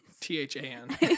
t-h-a-n